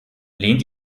lehnt